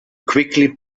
quickly